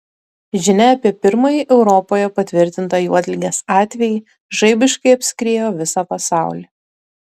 žinia apie pirmąjį europoje patvirtintą juodligės atvejį žaibiškai apskriejo visą pasaulį